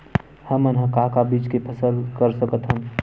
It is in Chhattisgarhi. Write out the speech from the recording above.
हमन ह का का बीज के फसल कर सकत हन?